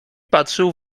patrzył